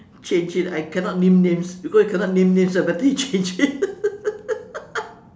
change change I cannot name names because you cannot name names ah better you change it